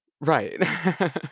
Right